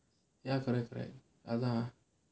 ya correct correct அதான்:athaan